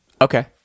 Okay